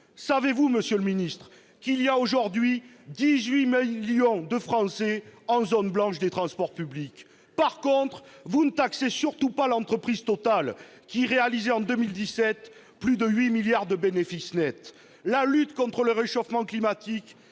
Savez-vous, monsieur le ministre, qu'il y a aujourd'hui 18 millions de Français en zone blanche des transports publics ? Par contre, vous ne taxez surtout pas l'entreprise Total, qui réalisait, en 2017, plus de 8 milliards d'euros de bénéfices nets ! La lutte contre le réchauffement climatique